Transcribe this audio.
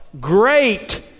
great